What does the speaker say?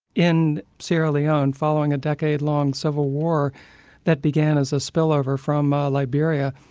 in sierra leone, following a decade-long civil war that began as a spill-over from ah liberia,